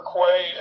Quay